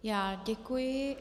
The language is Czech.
Já děkuji.